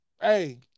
hey